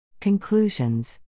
Conclusions